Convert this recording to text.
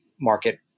market